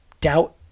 doubt